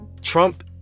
Trump